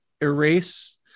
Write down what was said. erase